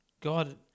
God